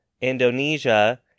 Indonesia